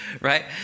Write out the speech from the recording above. Right